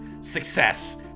Success